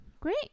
great